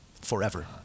forever